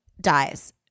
dies